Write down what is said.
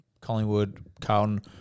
Collingwood-Carlton